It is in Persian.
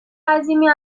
عظیمی